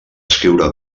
escriure